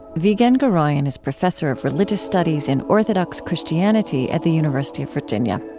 vigen guroian is professor of religious studies in orthodox christianity at the university of virginia.